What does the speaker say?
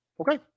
Okay